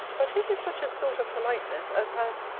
but his is such a sort of politeness, as has,